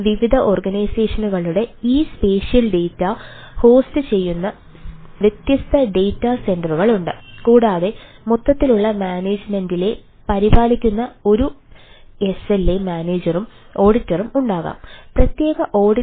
വിവിധ ഓർഗനൈസേഷനുകളുടെ ഈ സ്പേഷ്യൽ ഡാറ്റ